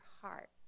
heart